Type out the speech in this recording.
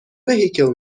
vehicle